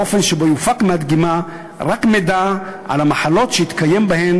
באופן שבו יופק מהדגימה רק מידע על המחלות שהתקיים בהן